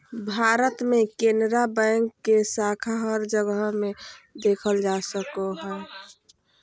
भारत मे केनरा बैंक के शाखा हर जगह मे देखल जा सको हय